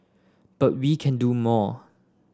but we can do more